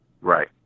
Right